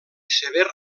sever